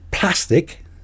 Plastic